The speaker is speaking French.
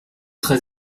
très